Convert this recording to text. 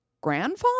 grandfather